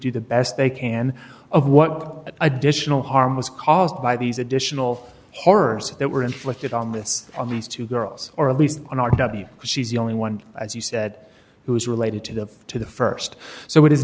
do the best they can of what additional harm was caused by these additional horrors that were inflicted on this on these two girls or at least on our she's the only one as you said who is related to the to the st so it is